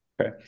Okay